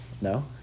No